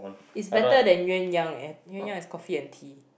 is better than Yuan-Yang eh Yuan-Yang is coffee and tea